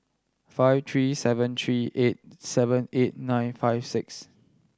five three seven three eight seven eight nine five six